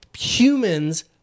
Humans